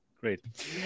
Great